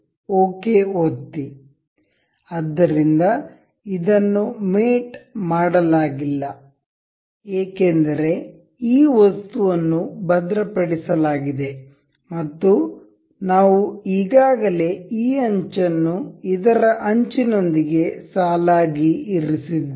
okay ಒತ್ತಿ ಆದ್ದರಿಂದ ಇದನ್ನು ಮೇಟ್ ಮಾಡಲಾಗಿಲ್ಲ ಏಕೆಂದರೆ ಈ ವಸ್ತುವನ್ನು ಭದ್ರಪಡಿಸಲಾಗಿದೆ ಮತ್ತು ನಾವು ಈಗಾಗಲೇ ಈ ಅಂಚನ್ನು ಇದರ ಅಂಚಿನೊಂದಿಗೆ ಸಾಲಾಗಿ ಇರಿಸಿದ್ದೇವೆ